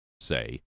say